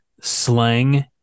slang